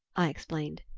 i explained.